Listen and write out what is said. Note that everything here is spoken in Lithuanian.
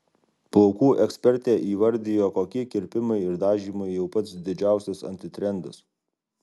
plaukų ekspertė įvardijo kokie kirpimai ir dažymai jau pats didžiausias antitrendas